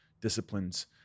disciplines